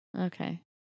Okay